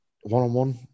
one-on-one